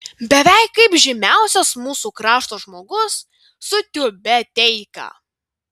beveik kaip žymiausias mūsų krašto žmogus su tiubeteika